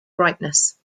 brightness